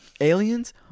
Aliens